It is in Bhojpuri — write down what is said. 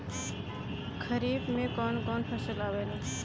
खरीफ में कौन कौन फसल आवेला?